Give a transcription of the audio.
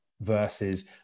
versus